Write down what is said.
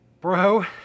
bro